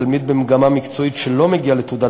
תלמיד במגמה מקצועית שלא מגיע לתעודת